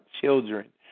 children